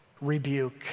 rebuke